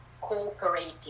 cooperating